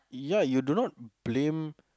ya you do not blame